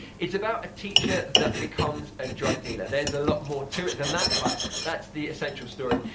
it's about a teacher that becomes a drug dealer, there's a lot more to it than that but that's the essential story.